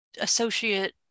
associate